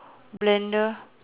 blender